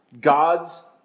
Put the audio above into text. God's